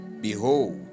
behold